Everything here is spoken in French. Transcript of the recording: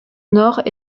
nord